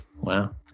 wow